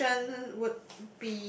question would